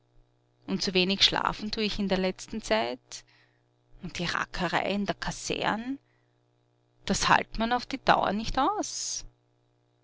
und zu wenig schlafen tu ich in der letzten zeit und die rackerei in der kasern das halt't man auf die dauer nicht aus